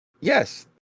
Yes